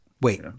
Wait